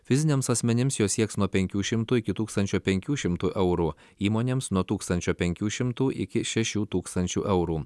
fiziniams asmenims jos sieks nuo penkių šimtų iki tūkstančio penkių šimtų eurų įmonėms nuo tūkstančio penkių šimtų iki šešių tūkstančių eurų